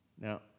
Now